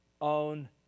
own